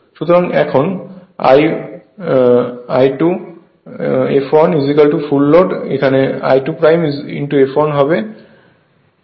সুতরাং এখন I fl full load I2 fl হবে